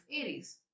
Aries